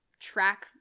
track